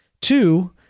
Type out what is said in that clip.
Two